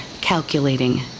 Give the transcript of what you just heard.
calculating